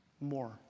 More